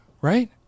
right